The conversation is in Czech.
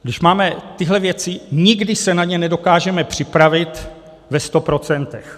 Když máme tyhle věci, nikdy se na ně nedokážeme připravit ve sto procentech.